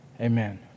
Amen